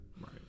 Right